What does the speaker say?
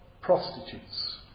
prostitutes